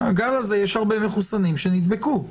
בגל הזה יש הרבה מחוסנים שנדבקו.